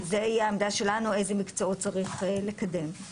תהיה העמדה שלנו, איזה מקצועות צריך לקדם.